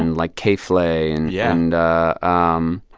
and like, k flay. and. yeah, and um